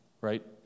right